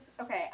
Okay